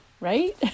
right